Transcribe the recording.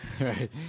right